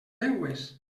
llengües